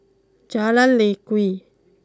Jalan Lye Kwee